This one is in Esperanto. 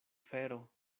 fero